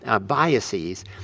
biases